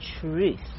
truth